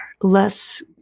less